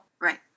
Right